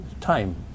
time